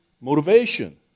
motivation